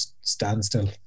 standstill